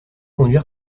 conduire